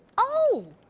oh!